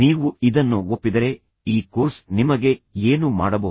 ನೀವು ಇದನ್ನು ಒಪ್ಪಿದರೆ ಈ ಕೋರ್ಸ್ ನಿಮಗೆ ಏನು ಮಾಡಬಹುದು